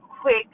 quick